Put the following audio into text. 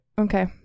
Okay